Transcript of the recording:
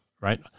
right